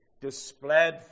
displayed